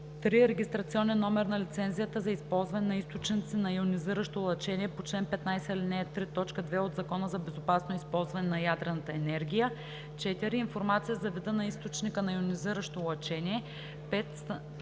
3. регистрационен номер на лицензията за използване на източници на йонизиращо лъчение по чл. 15, ал. 3, т. 2 от Закона за безопасно използване на ядрената енергия; 4. информация за вида на източника на йонизиращо лъчение; 5.